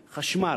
חשמל,